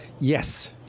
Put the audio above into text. Yes